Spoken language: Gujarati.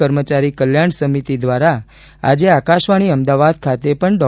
કર્મચારી કલ્યાણ સમિતિ દ્વારા આજે આકાશવાણી અમદાવાદ ખાતે પણ ડો